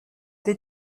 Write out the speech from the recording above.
they